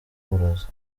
uburozi